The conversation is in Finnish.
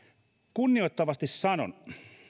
kunnioittavasti sanon